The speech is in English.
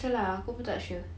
aggressor lah who production